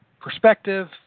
Perspective